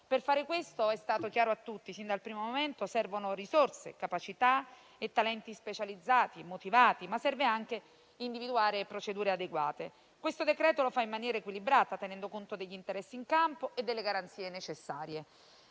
Per fare questo, è stato chiaro a tutti, sin dal primo momento, che servono risorse, capacità e talenti specializzati e motivati, ma che serve anche individuare procedure adeguate. Questo decreto lo fa in maniera equilibrata, tenendo conto degli interessi in campo e delle garanzie necessarie.